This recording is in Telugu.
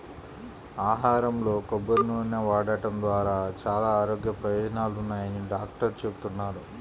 ఆహారంలో కొబ్బరి నూనె వాడటం ద్వారా చాలా ఆరోగ్య ప్రయోజనాలున్నాయని డాక్టర్లు చెబుతున్నారు